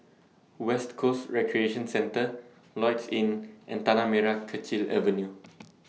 West Coast Recreation Centre Lloyds Inn and Tanah Merah Kechil Avenue